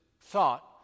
thought